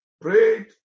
prayed